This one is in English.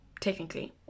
technically